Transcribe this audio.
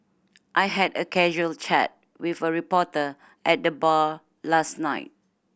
I had a casual chat with a reporter at the bar last night